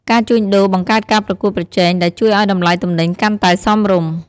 ការជួញដូរ បង្កើតការប្រកួតប្រជែង ដែលជួយឱ្យតម្លៃទំនិញកាន់តែសមរម្យ។